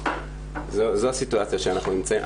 זאת הסיטואציה שאנחנו נמצאים בה.